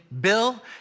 Bill